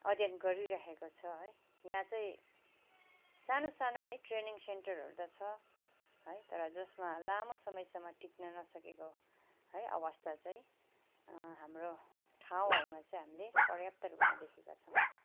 अध्ययन गरिराखेको छ है यहाँ चाहिँ सानो सानो है ट्रेनिङ सेन्टरहरू त छ है तर जसमा लामो समयसम्म टिक्न नसकेको है अवस्था चाहिँ हाम्रो ठाउँहरूमा चाहिँ हामीले पर्याप्त रूपमा देखेका छौँ